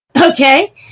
Okay